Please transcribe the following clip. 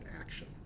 action